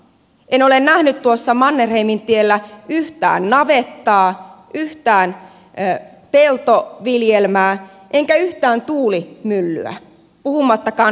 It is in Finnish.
en ole nähnyt tuossa mannerheimintiellä yhtään navettaa yhtään peltoviljelmää enkä yhtään tuulimyllyä puhumattakaan kaivoksista